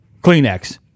Kleenex